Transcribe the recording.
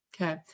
Okay